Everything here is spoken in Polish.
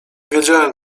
wiedziałem